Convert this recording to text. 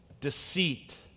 deceit